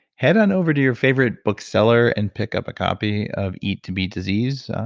head on over to your favorite book seller and pick up a copy of eat to beat disease.